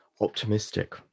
Optimistic